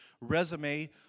resume